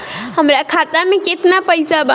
हमरा खाता में केतना पइसा बा?